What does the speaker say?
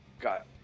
got